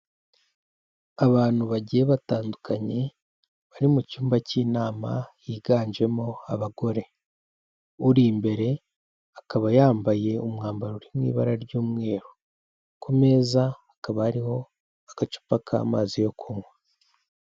Abantu bagiye batandukanye bari mu cyumba cy'inama yiganjemo abagore, uri imbere akaba yambaye umwambaro uri mu ibara ry'umweru. Ku meza hakaba hariho agacupa k'amazi yo kunywa.